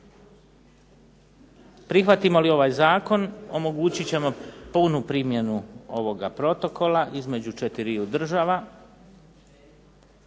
Prihvatimo li ovaj zakon omogućit ćemo punu primjenu ovoga protokola između četiriju država